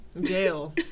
Jail